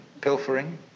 pilfering